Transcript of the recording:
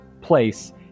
place